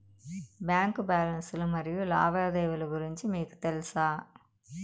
Bank balance లు మరియు లావాదేవీలు గురించి మీకు తెల్సా?